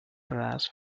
brass